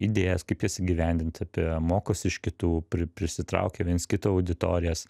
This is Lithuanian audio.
idėjas kaip jas įgyvendint apie mokosi iš kitų pri prisitraukia viens kito auditorijas